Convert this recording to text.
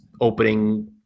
opening